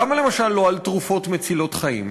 למה, למשל, לא על תרופות מצילות חיים?